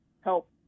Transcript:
help